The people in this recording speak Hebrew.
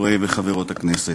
חברי וחברות הכנסת,